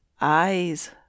eyes